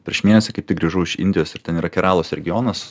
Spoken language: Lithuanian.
prieš mėnesį kaip tik grįžau iš indijos ir ten yra kiralos regionas